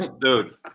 dude